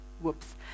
Whoops